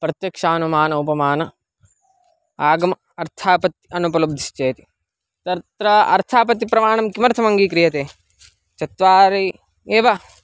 प्रत्यक्षानुमान उपमान आगम अर्थापत्ति अनुपलब्धिश्चेति तत्र अर्थापत्तिप्रमाणं किमर्थमङ्गीक्रियते चत्वारि एव